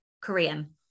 Korean